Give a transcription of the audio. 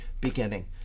beginning